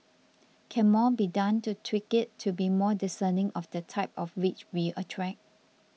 can more be done to tweak it to be more discerning of the type of rich we attract